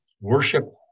worship